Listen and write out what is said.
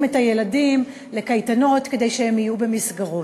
את הילדים לקייטנות כדי שהם יהיו במסגרות.